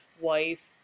wife